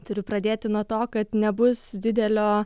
turiu pradėti nuo to kad nebus didelio